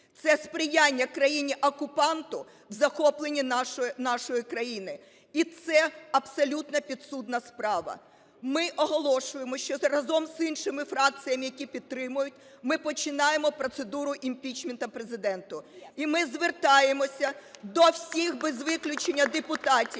…це сприяння країні-окупанту в захопленні нашої країни і це абсолютно підсудна справа. Ми оголошуємо, що разом з іншими фракціями, які підтримують, ми починаємо процедуру імпічменту Президента. І ми звертаємося до всіх, без виключення, депутатів,